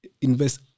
invest